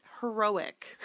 heroic